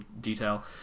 detail